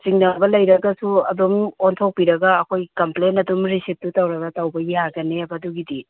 ꯆꯤꯡꯅꯕ ꯂꯩꯔꯒꯁꯨ ꯑꯗꯨꯝ ꯑꯣꯟꯊꯣꯛꯄꯤꯔꯒ ꯑꯩꯈꯣꯏ ꯀꯝꯄ꯭ꯂꯦꯝ ꯑꯗꯨꯝ ꯔꯤꯁꯤꯞꯇꯨ ꯇꯧꯔꯒ ꯇꯧꯕ ꯌꯥꯒꯅꯦꯕ ꯑꯗꯨꯒꯤꯗꯤ